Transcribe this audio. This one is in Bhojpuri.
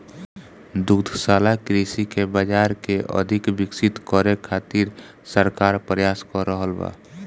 दुग्धशाला कृषि के बाजार के अधिक विकसित करे खातिर सरकार प्रयास क रहल बा